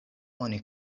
oni